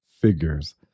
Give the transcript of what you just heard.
figures